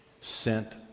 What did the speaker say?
sent